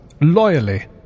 loyally